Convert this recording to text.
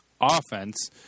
offense